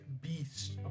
beast